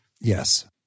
Yes